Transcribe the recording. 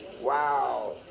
Wow